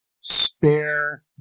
Spare